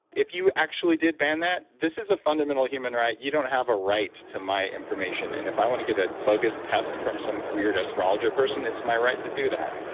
if you actually did ban that, this is a fundamental human right. you don't have a right to my information. and if i want to get a bogus test from some weird astrologer person, it's my right to do that.